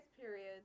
period